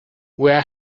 where